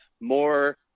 more